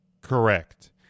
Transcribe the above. correct